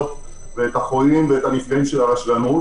ואת החולים והנפגעים של הרשלנות.